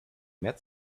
met